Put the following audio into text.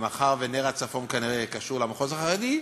ומאחר ש"נר הצפון" כנראה קשור למחוז החרדי,